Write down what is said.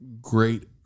great